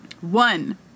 one